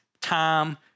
time